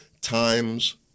times